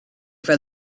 for